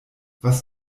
was